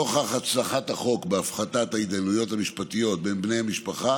נוכח הצלחת החוק בהפחתת ההתדיינויות המשפטיות בין בני משפחה